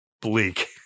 bleak